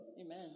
Amen